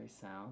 sound